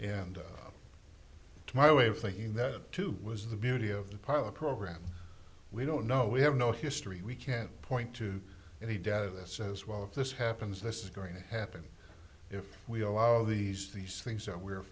and to my way of thinking that too was the beauty of the pilot program we don't know we have no history we can't point to any data that says well if this happens this is going to happen if we allow these these things that we're